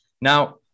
Now